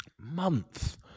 month